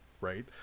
right